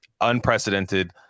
unprecedented